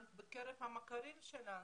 גם בקרב המכרים שלנו,